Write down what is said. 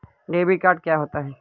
Debit card क्या होता है?